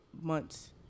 months